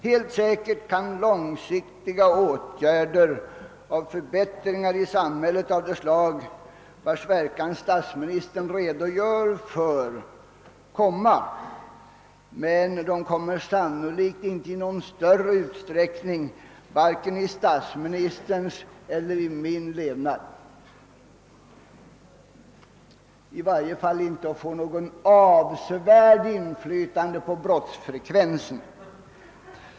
Helt säkert kan långsiktiga åtgärder och förbättringar i samhället av det slag, som statsministern redogör för, komma att vara av värde även i fråga om brottsligheten, men detta kommer sannolikt inte i någon större utsträckning att visa sig bli fallet vare sig under statsministerns eller min levnad. I varje fall kan det inte få något avsevärt inflytande på brottsfrekvensen.